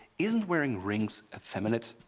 isn't wearing rings effeminate?